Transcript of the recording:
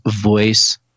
voice